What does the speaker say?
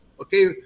okay